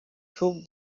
took